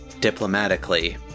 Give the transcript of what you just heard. diplomatically